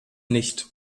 nicht